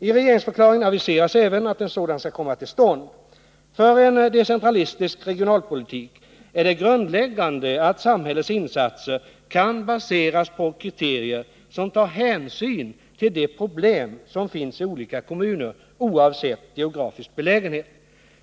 I regeringsförklaringen aviseras även att en sådan skall komma till stånd. För en decentralistisk regionalpolitik är det grundläggande att samhällets insatser kan baseras på kriterier som tar hänsyn till de problem som finns i olika kommuner oavsett geografisk belägenhet.